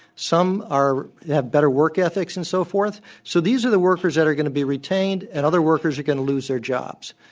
some are have better work ethics and so forth. so these are the workers that are going to be retained, and other workers are going to lose their jobs.